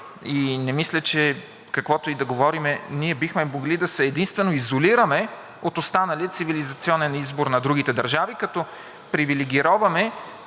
и не мисля, че каквото и да говорим, бихме могли единствено да се изолираме от останалия цивилизационен избор на другите държави, като привилегироваме